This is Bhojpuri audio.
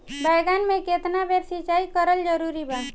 बैगन में केतना बेर सिचाई करल जरूरी बा?